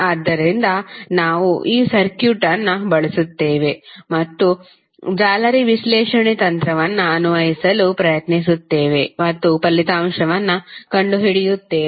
ಆದ್ದರಿಂದ ನಾವು ಈ ಸರ್ಕ್ಯೂಟ್ ಅನ್ನು ಬಳಸುತ್ತೇವೆ ಮತ್ತು ಜಾಲರಿ ವಿಶ್ಲೇಷಣೆ ತಂತ್ರವನ್ನು ಅನ್ವಯಿಸಲು ಪ್ರಯತ್ನಿಸುತ್ತೇವೆ ಮತ್ತು ಫಲಿತಾಂಶವನ್ನು ಕಂಡುಹಿಡಿಯುತ್ತೇವೆ